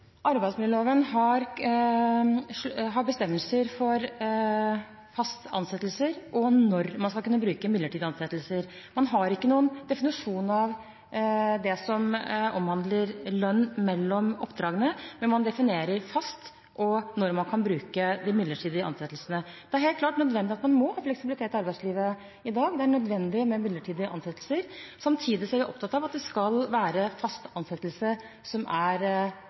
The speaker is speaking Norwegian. Arbeidsmiljøloven har bestemmelser om fast ansettelse og når man skal kunne bruke midlertidig ansettelse. Man har ikke noen definisjon av det som omhandler lønn mellom oppdragene, men man definerer fast ansettelse og når man kan bruke midlertidig ansettelse. Det er helt klart at man må ha fleksibilitet i arbeidslivet i dag. Det er nødvendig med midlertidige ansettelser. Samtidig er vi opptatt av at det skal være fast ansettelse som er